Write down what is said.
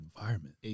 environment